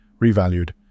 revalued